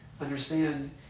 understand